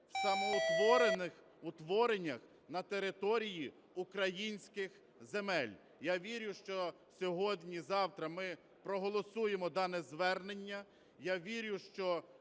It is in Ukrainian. в самоутворених утвореннях на території українських земель. Я вірю, що сьогодні-завтра ми проголосуємо дане звернення,